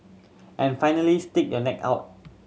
and finally stick your neck out